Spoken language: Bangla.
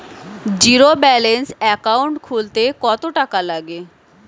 জীরো ব্যালান্স একাউন্ট খুলতে কত টাকা লাগে?